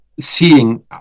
seeing